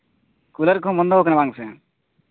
cooler ᱠᱚᱦᱚᱸ ᱵᱚᱱᱫᱚ ᱠᱟᱱᱟ ᱵᱟᱝ ᱥᱮ